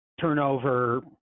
turnover